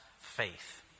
faith